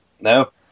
No